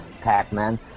Pac-Man